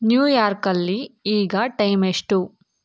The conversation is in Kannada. ನ್ಯೂಯಾರ್ಕಲ್ಲಿ ಈಗ ಟೈಮೆಷ್ಟು